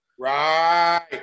Right